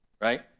right